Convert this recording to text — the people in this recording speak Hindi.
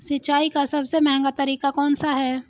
सिंचाई का सबसे महंगा तरीका कौन सा है?